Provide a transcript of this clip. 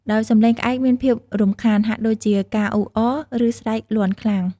ដោយសំឡេងក្អែកមានភាពរំខាន ហាក់ដូចជាការអ៊ូរអរ ឬស្រែកលាន់ខ្លាំង។